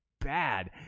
bad